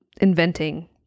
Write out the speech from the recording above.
inventing